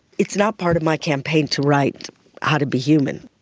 it's not part of my campaign to write how to be human,